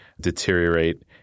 deteriorate